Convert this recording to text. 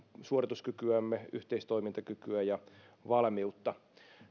suorituskykyämme yhteistoimintakykyä ja valmiutta